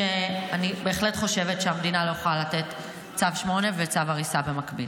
שאני בהחלט חושבת שהמדינה לא יכולה לתת צו 8 וצו הריסה במקביל.